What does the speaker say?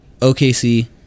okc